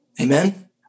Amen